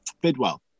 Bidwell